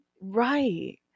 right